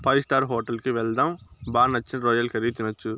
five star hotel కి వెళ్దాం బా నచ్చిన రొయ్యల కర్రీ తినొచ్చు